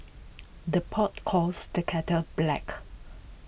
the pot calls the kettle black